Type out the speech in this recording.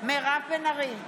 מירב בן ארי,